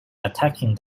attacking